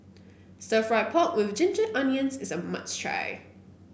stir fry pork with Ginger Onions is a must try